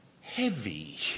heavy